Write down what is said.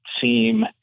seem